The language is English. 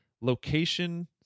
location